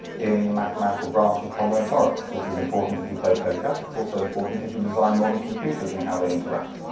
in the mathematical branch of combinatorics, which is important if you play poker. it's also important if you design modern computers and how they interact.